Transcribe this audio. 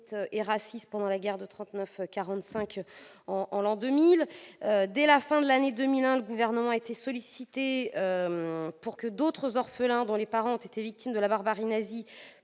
et racistes pendant la guerre de 1939-1945. Dès la fin 2001, le Gouvernement a été sollicité pour que d'autres orphelins dont les parents ont été victimes de la barbarie nazie